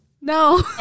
No